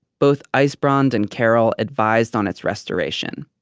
both ysbrand and carol advised on its restoration,